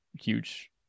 huge